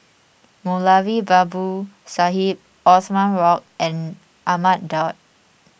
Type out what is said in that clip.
Moulavi Babu Sahib Othman Wok and Ahmad Daud